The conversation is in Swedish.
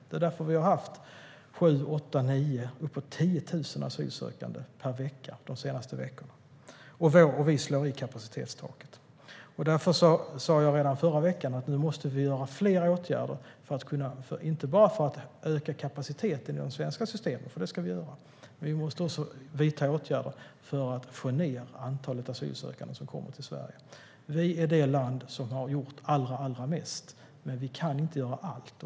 Det är därför vi har haft 7 000, 8 000, 9 000, uppåt 10 000 asylsökande per vecka de senaste veckorna. Vi slår i kapacitetstaket. Därför sa jag redan förra veckan att vi måste vidta fler åtgärder, inte bara för att öka kapaciteten i de svenska systemen - det ska vi göra - utan också för att få ned antalet asylsökande som kommer till Sverige. Vi är det land som har gjort allra mest, men vi kan inte göra allt.